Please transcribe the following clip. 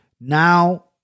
Now